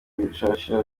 bishasha